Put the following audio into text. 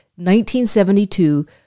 1972